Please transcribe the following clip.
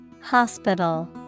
Hospital